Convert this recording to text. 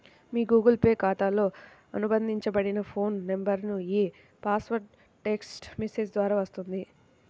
మీ Google Pay ఖాతాతో అనుబంధించబడిన phone నంబర్కు ఈ పాస్వర్డ్ టెక్ట్స్ మెసేజ్ ద్వారా వస్తుంది